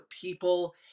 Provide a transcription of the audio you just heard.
people